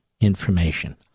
information